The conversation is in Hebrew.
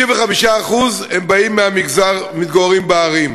55% מתגוררים בערים.